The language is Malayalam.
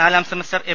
നാലാം സെമസ്റ്റർ എം